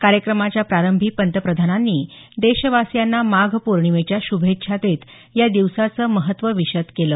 कार्यक्रमाच्या प्रारंभी पंतप्रधानांनी देशवासियांना माघ पौर्णिमेच्या शुभेच्छा देत या दिवसाचं महत्व विशद केलं